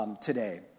today